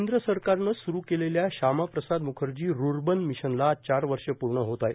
केंद्र सरकारनं सुरु केलेल्या श्यामाप्रसाद मुखर्जी रुर्बन मिशनला आज चार वर्ष पूर्ण होत आहेत